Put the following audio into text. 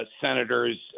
Senators